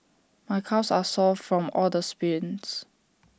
my calves are sore from all the sprints